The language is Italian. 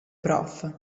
prof